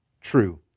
true